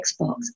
Xbox